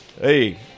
Hey